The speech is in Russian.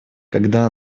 когда